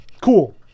Cool